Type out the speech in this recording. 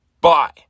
Bye